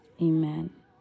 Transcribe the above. Amen